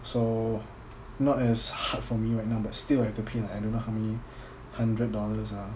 so not as hard for me right now but still have to pay like I don't know how many hundred dollars ah